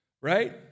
right